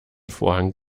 vorhang